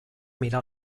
mirar